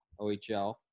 OHL